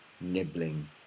nibbling